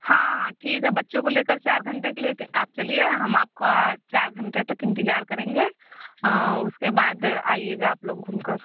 हाँ हाँ ठीक है बच्चों को लेकर चार घंटे के लिए लेकर चलिए हम आपका चार घंटे तक इंतज़ार करेंगे हाँ उसके बाद आइएगा आप लोग घूम कर